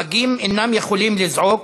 הפגים אינם יכולים לזעוק,